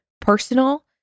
personal